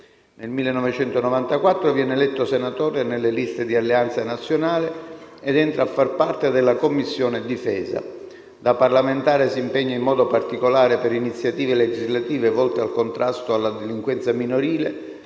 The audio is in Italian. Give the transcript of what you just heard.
Nel 1994 viene eletto senatore nelle liste di Alleanza Nazionale ed entra a far parte della Commissione difesa. Da parlamentare si impegna in modo particolare per iniziative legislative volte al contrasto alla delinquenza minorile,